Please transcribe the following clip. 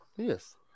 Yes